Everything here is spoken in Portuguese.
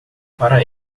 para